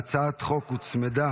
להצעת החוק הוצמדה